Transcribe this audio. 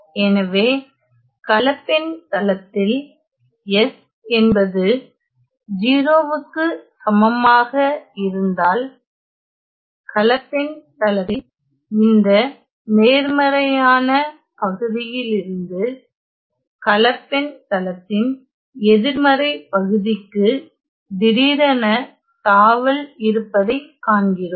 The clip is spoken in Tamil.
எனவே கலப்பெண் தளத்தில் s என்பது 0 க்கு சமமாக இருந்தால் கலப்பெண் தளத்தில் இந்த நேர்மறையான பகுதியிலிருந்து கலப்பெண் தளத்தின் எதிர்மறை பகுதிக்கு திடீரென தாவல் இருப்பதைக் காண்கிறோம்